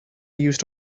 used